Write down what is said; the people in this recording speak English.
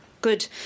Good